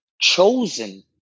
chosen